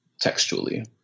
textually